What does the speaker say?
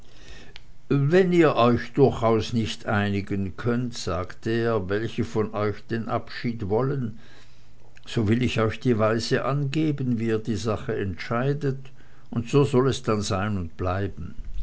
wenn ihr euch durchaus nicht einigen könnt sagte er welche von euch den abschied wollen so will ich euch die weise angeben wie ihr die sache entscheidet und so soll es dann sein und bleiben